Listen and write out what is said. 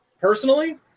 Personally